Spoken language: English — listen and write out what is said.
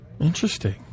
Interesting